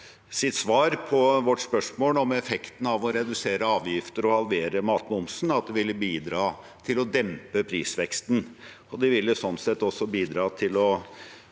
sitt svar på vårt spørsmål om effekten av å redusere avgifter og å halvere matmomsen, at det ville bidra til å dempe prisveksten. Det ville sånn sett også bidra til å